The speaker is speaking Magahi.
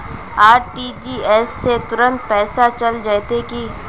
आर.टी.जी.एस से तुरंत में पैसा चल जयते की?